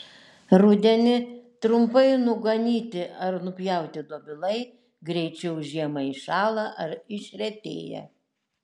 rudenį trumpai nuganyti ar nupjauti dobilai greičiau žiemą iššąla ar išretėja